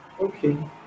Okay